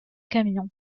camion